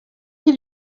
qui